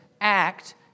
act